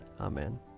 Amen